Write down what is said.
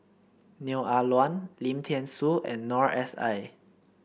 Neo Ah Luan Lim Thean Soo and Noor S I